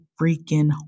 freaking